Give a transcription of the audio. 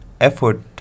effort